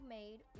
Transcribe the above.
made